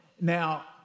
Now